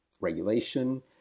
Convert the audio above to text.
regulation